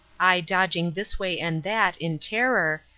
i dodging this way and that, in terror,